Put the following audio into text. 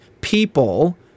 people